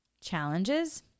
challenges